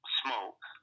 smoke